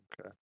Okay